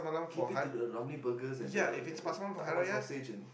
keep it to the Ramly burgers and the and the Taiwan sausage in